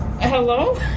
Hello